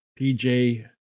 PJ